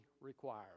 required